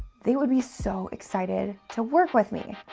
they would be so excited to work with me.